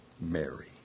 Mary